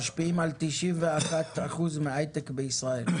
91% מההייטק בישראל.